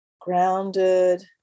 grounded